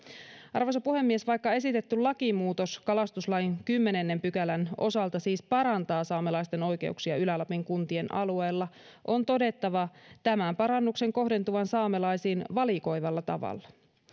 arvoisa puhemies vaikka esitetty lakimuutos kalastuslain kymmenennen pykälän osalta siis parantaa saamelaisten oikeuksia ylä lapin kuntien alueella on todettava tämän parannuksen kohdentuvan saamelaisiin valikoivalla tavalla